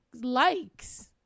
likes